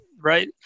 Right